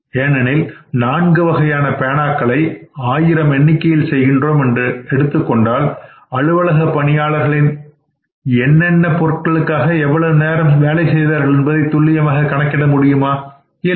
ஏனெனில் நான்கு வகையான பேனாக்களை ஆயிரம் எண்ணிக்கையில் செய்கின்றோம் என்று எடுத்துக்கொண்டால் அலுவலகப் பணியாளர்களின் என்னென்ன பொருள்களுக்காக எவ்வளவு நேரம் வேலை செய்தார்கள் என்பதை துல்லியமாக கணக்கிட இயலாது